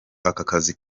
akazi